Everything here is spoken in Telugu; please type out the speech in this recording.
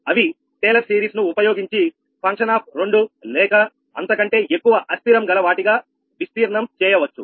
అవి టేలర్ సిరీస్ ను ఉపయోగించి ఫంక్షన్ ఆఫ్ 2 లేక అంతకంటే ఎక్కువ అస్థిరం గల వాటిగా విస్తీర్ణం చేయవచ్చు